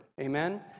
Amen